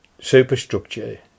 superstructure